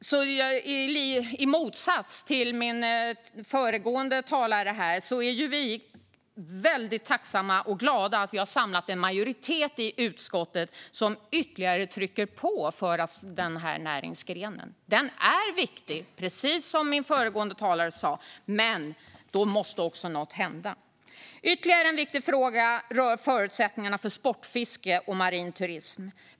I motsats till föregående talare är vi väldigt tacksamma och glada att vi har samlat en majoritet i utskottet som ytterligare trycker på för den här näringsgrenen. Den är viktig, precis som föregående talare sa, men då måste också något hända. Ytterligare en viktig fråga rör förutsättningarna för sportfiske och marin turism.